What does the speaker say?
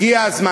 הגיע הזמן.